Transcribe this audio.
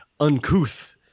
Uncouth